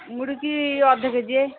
ମୁଡ଼କି ଅଧ କେଜିଏ